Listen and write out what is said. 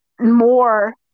more